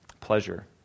Pleasure